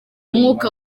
umwuka